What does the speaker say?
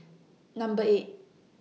Number eight